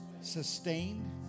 sustained